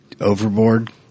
Overboard